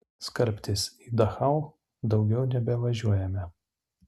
skalbtis į dachau daugiau nebevažiuojame